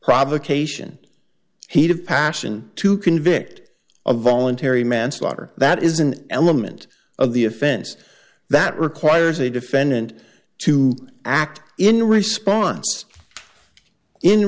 provocation heat of passion to convict of voluntary manslaughter that is an element of the offense that requires a defendant to act in response in